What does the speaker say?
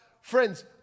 Friends